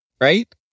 right